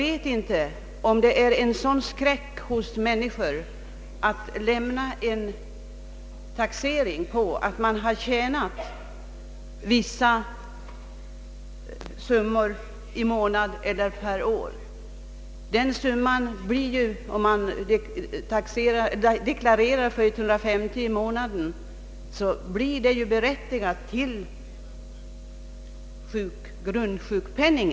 Det förefaller som om vissa människor hade en skräck för att lämna en uppgift på att de har tjänat ett visst belopp i månaden eller per år. Om man deklarerar för en inkomst av 150 kronor i månaden är man ju berättigad till grundsjukpenning.